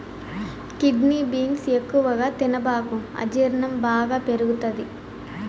kidney beans ఎక్కువగా తినబాకు అజీర్ణం బాగా పెరుగుతది